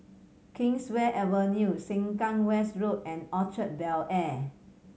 Kingswear Avenue Sengkang West Road and Orchard Bel Air